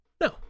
no